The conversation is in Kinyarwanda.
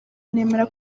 nemera